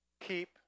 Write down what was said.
Keep